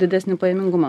didesnį pajamingumą